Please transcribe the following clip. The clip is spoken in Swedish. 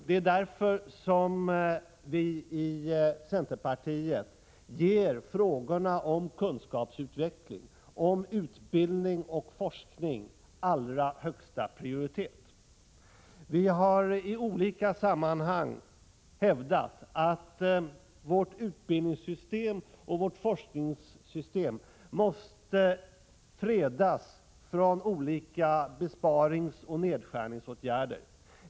Det är därför som vi i centerpartiet ger frågorna om kunskapsutveckling, om utbildning och forskning, allra högsta prioritet. Vi har i olika sammanhang hävdat att vårt utbildningssystem och vårt forskningssystem måste fredas från olika besparingsoch nedskärningsåtgärder.